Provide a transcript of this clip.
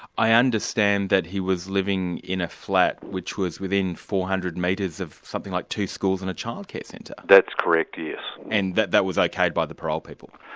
i understand that he was living in a flat which was within four hundred metres of something like two schools and a child care centre? that's correct, yes. and that that was okayed by the parole people?